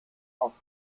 aus